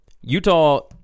Utah